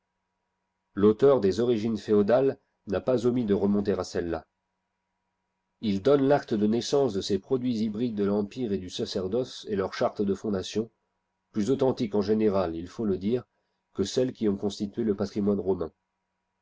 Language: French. l'auteur des origines féodales na pas omis de remonter à celles-là il donne l'acte de na ssance de ces produits hybrides de l'empire et du sa rdoce et leurs chartes de fondation plus authentiques en général il faut le dire que celles qui ont constitué le patrimoine romain